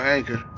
Anchor